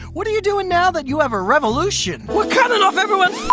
what are you doing now that you have a revolution? we're cutting off everyone's